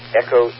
echo